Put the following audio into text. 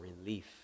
relief